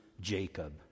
Jacob